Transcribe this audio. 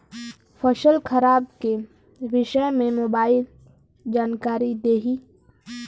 फसल खराब के विषय में मोबाइल जानकारी देही